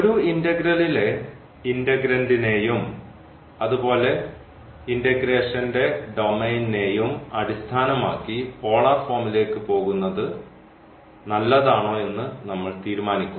ഒരു ഇന്റഗ്രലിലെ ഇന്റഗ്രന്റ്നെയും അതുപോലെ ഇന്റഗ്രേഷന്റെ ഡൊമെയ്നിനെയും അടിസ്ഥാനമാക്കി പോളാർ ഫോമിലേക്ക് പോകുന്നത് നല്ലതാണോ എന്ന് നമ്മൾ തീരുമാനിക്കും